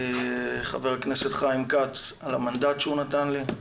חבר הכנסת חיים כץ, על המנדט שהוא נתן לי,